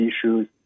issues